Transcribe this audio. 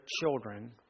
children